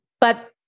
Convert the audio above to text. But-